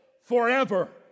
forever